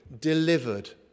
delivered